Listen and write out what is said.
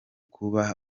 kuba